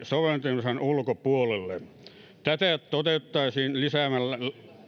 soveltamisalan ulkopuolelle tätä toteutettaisiin lisäämällä